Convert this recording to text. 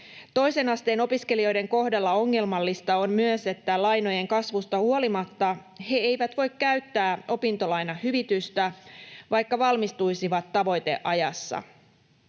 Toisen asteen opiskelijoiden kohdalla ongelmallista on myös se, että lainojen kasvusta huolimatta he eivät voi käyttää opintolainahyvitystä, vaikka valmistuisivat tavoiteajassa.